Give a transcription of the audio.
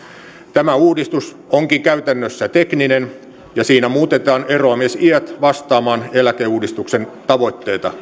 tämä uudistus onkin käytännössä tekninen ja siinä muutetaan eroamisiät vastaamaan eläkeuudistuksen tavoitteita